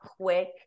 quick